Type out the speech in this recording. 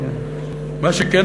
מה שכן,